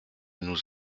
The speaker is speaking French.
nous